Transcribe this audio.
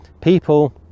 People